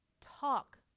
Talk